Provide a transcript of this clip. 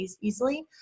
easily